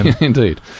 indeed